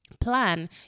plan